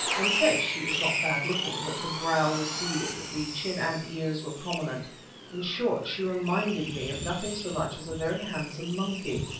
in face she was not bad-looking, but the brow receded, the chin and ears were prominent in short, she reminded me of nothing so much as a very handsome monkey.